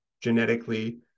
genetically